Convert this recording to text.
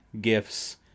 Gifts